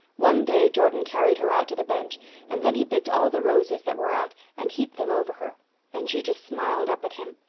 one day jordan carried her out to the bench and then he picked all the roses that were out and heaped them over her and she just smiled up at him.